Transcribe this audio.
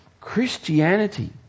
Christianity